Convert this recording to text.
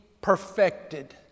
perfected